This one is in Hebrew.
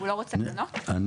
אני